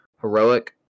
Heroic